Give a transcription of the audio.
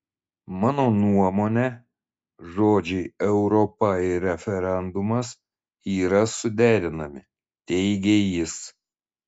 mano nuomone žodžiai europa ir referendumas yra suderinami teigė jis